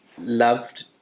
loved